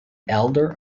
elder